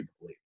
believe